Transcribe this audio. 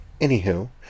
Anywho